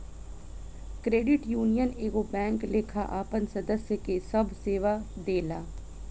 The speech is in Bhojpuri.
क्रेडिट यूनियन एगो बैंक लेखा आपन सदस्य के सभ सेवा देला